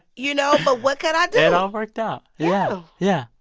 you know? but what could i do? it all worked out yeah yeah.